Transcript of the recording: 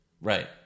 right